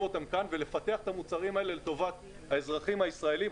אותן כאן ולפתח את המוצרים האלה לטובת האזרחים הישראליים,